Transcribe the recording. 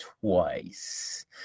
twice